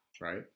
Right